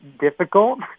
difficult